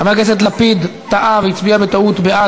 חבר הכנסת לפיד טעה והצביע בטעות בעד,